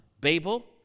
Babel